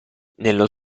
nello